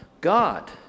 God